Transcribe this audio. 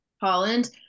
holland